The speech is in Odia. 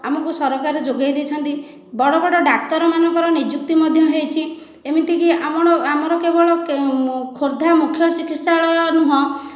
ଆମକୁ ସରକାର ଯୋଗାଇଦେଇଛନ୍ତି ବଡ଼ ବଡ଼ ଡାକ୍ତର ମାନଙ୍କର ନିଯୁକ୍ତି ମଧ୍ୟ ହୋଇଛି ଏମିତି କି ଆମର କେବଳ ଖୋର୍ଦ୍ଧା ମୁଖ୍ୟ ଚିକିତ୍ସାଳୟ ନୁହଁ